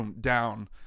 down